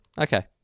Okay